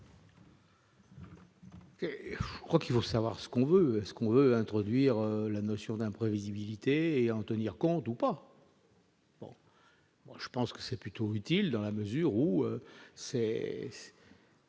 Je crois qu'il faut savoir ce qu'on veut, ce qu'on veut introduire la notion d'imprévisibilité et en tenir compte ou pas. Moi je pense que c'est plutôt utile dans la mesure où c'est.